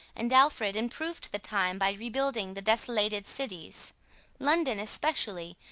and alfred improved the time by rebuilding the desolated cities london especially,